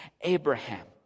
Abraham